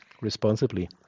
responsibly